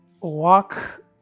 walk